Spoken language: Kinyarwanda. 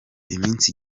iminsi